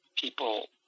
people